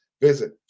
Visit